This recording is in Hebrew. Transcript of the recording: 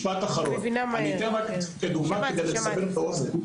אני אתן רק דוגמה כדי לסבר את האוזן.